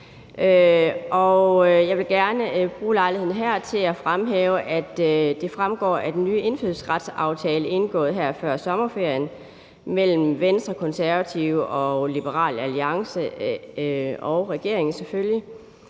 jeg vil gerne bruge lejligheden her til at fremhæve, at det fremgår af den nye indfødsretsaftale, som er indgået her før sommerferien mellem Venstre, Konservative, Liberal Alliance og selvfølgelig